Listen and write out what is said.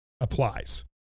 applies